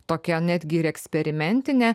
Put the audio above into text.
tokia netgi ir eksperimentinė